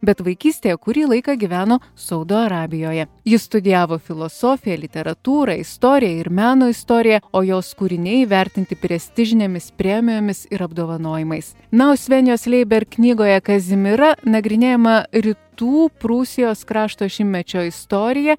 bet vaikystėje kurį laiką gyveno saudo arabijoje ji studijavo filosofiją literatūrą istoriją ir meno istoriją o jos kūriniai įvertinti prestižinėmis premijomis ir apdovanojimais na o svenjos leiber knygoje kazimira nagrinėjama rytų prūsijos krašto šimtmečio istorija